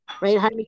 right